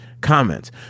comments